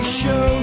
show